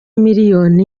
miliyoni